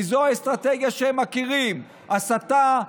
כי זו האסטרטגיה שהם מכירים: הסתה,